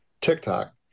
TikTok